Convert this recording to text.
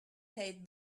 hate